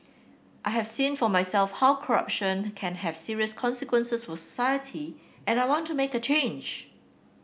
I have seen for myself how corruption can have serious consequences was society and I want to make a change